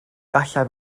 gallai